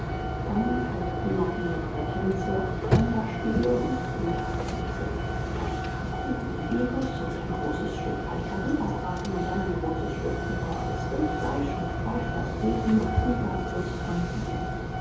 dann folgten noch mehrere tänze und pfänderspiele und wieder tänze dann kam kuchen und negus und ein großes stück kalter rinderbraten und dann ein großes stück kaltes gekochtes rindfleisch und fleischpasteten und ueberfluß von bier